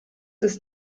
ist